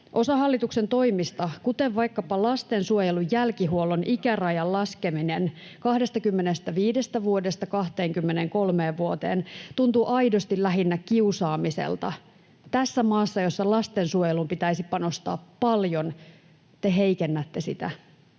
Osa hallituksen toimista, kuten vaikkapa lastensuojelun jälkihuollon ikärajan laskeminen 25 vuodesta 23 vuoteen, tuntuu aidosti lähinnä kiusaamiselta tässä maassa, jossa lastensuojeluun pitäisi panostaa paljon. Te heikennätte sitä.